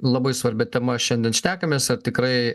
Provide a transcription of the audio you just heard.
labai svarbia tema šiandien šnekamės ar tikrai